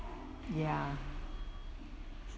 ya